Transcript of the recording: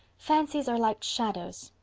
fancies are like shadows.